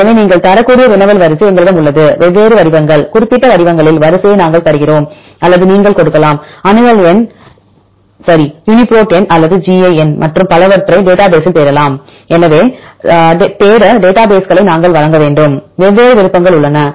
எனவே நீங்கள் தரக்கூடிய வினவல் வரிசை எங்களிடம் உள்ளது வெவ்வேறு வடிவங்கள் குறிப்பிட்ட வடிவங்களில் வரிசையை நாங்கள் தருகிறோம் அல்லது நீங்கள் கொடுக்கலாம் அணுகல் எண் வலது யூனிப்ரோட் எண் அல்லது gi எண் மற்றும் பலவற்றைத் டேட்டா பேசில் தேடலாம் எனவே தேட டேட்டாபேஸ்களைநாங்கள் வழங்க வேண்டும் வெவ்வேறு விருப்பங்கள் உள்ளன